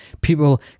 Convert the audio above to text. People